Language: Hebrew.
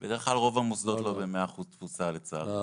בדרך כלל רוב המוסדות לא ב-100% תפוסה לצערנו.